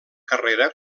carrera